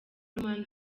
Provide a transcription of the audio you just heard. lomami